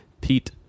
Pete